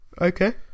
Okay